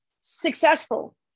successful